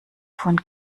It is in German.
von